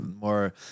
More